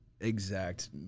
exact